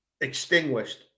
extinguished